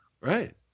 right